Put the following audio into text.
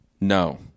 No